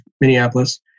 Minneapolis